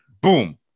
boom